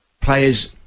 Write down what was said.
players